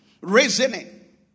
reasoning